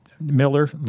Miller